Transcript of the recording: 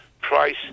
price